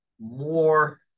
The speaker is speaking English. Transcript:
more